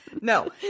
No